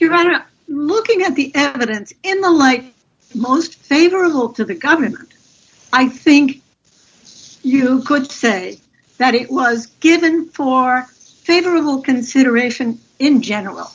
your honor looking at the evidence in the light most favorable to the government i think you could say that it was given for favorable consideration in general